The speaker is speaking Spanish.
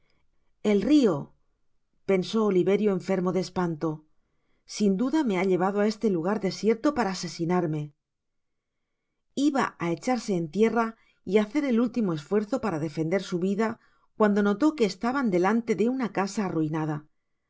del rio elrio pensó oliverio enfermo de espanto sin iludame ha llevado á este lugar desierto para asesinarme iba á echarse en tierra y hacer el último esfuerzo para defender su vida cuando notó que estaban delante de una casa arruinada a